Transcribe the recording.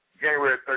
January